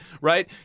right